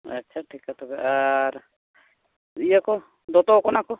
ᱟᱪᱪᱷᱟ ᱴᱷᱤᱠᱟ ᱛᱚᱵᱮ ᱟᱨ ᱤᱭᱟᱹ ᱠᱚ ᱫᱚᱛᱚ ᱠᱚ ᱚᱱᱟ ᱠᱚ